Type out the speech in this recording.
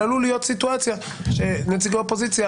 אבל עלולה להיות סיטואציה שנציגי האופוזיציה